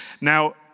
Now